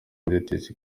inzitizi